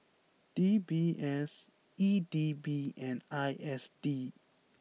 D B S E D B and I S D